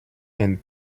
and